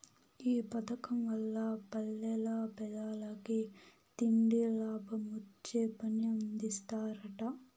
ఈ పదకం వల్ల పల్లెల్ల పేదలకి తిండి, లాభమొచ్చే పని అందిస్తరట